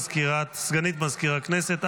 סגנית מזכיר הכנסת,